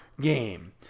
game